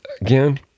Again